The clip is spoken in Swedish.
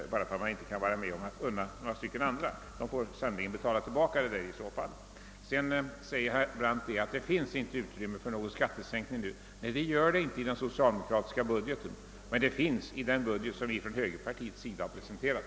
Om några få folkpensionärer erhåller en förmån med vårt system, får de sannerligen betala tillbaka de pengarna! Sedan sade herr Brandt att det inte finns utrymme för någon skattesänkning nu. Nej, inte i den socialdemokratiska budgeten men väl i den budget som vi från högerpartiet har presenterat.